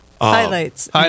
Highlights